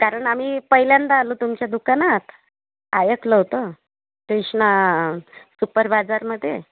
कारण आम्ही पहिल्यांदा आलो तुमच्या दुकानात ऐकलं होतं क्रिष्णा सुपर बाजारमध्ये